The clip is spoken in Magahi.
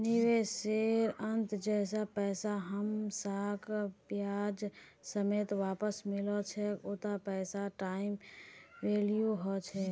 निवेशेर अंतत जैता पैसा हमसाक ब्याज समेत वापस मिलो छेक उता पैसार टाइम वैल्यू ह छेक